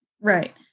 Right